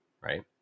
right